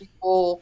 people